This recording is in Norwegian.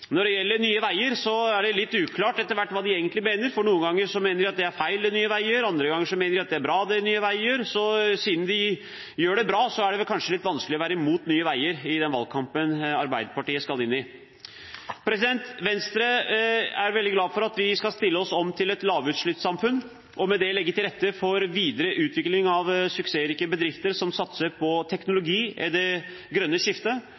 når de vil reversere jernbanereformen. Når det gjelder Nye Veier, er det etter hvert litt uklart hva de egentlig mener. Noen ganger mener de at det Nye Veier gjør, er feil, andre ganger mener de at det Nye Veier gjør, er bra. Siden de gjør det bra, er det kanskje litt vanskelig å være mot Nye Veier i den valgkampen Arbeiderpartiet skal inn i. Venstre er veldig glad for at vi skal omstille oss til et lavutslippssamfunn og med det legge til rette for videre utvikling av suksessrike bedrifter som satser på teknologi og det grønne skiftet.